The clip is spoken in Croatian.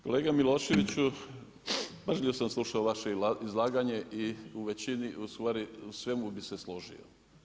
Kolega Miloševiću, pažljivo sam slušao vaše izlaganje i u većini, ustvari u svemu bih se složio.